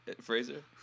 Fraser